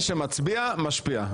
מי שמצביע משפיע.